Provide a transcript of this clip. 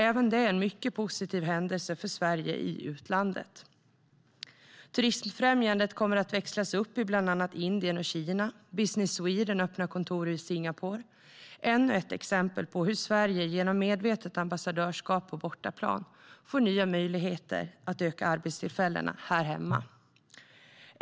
Även det är en mycket positiv händelse för Sverige i utlandet. Turistfrämjandet kommer att växlas upp i bland annat Indien och Kina. Business Sweden öppnar kontor i Singapore - ännu ett exempel på hur Sverige genom medvetet ambassadörskap på bortaplan får nya möjligheter att öka antalet arbetstillfällen här hemma.